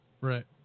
right